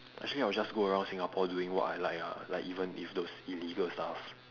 actually I'll just go around singapore doing what I like ah like even if those illegal stuff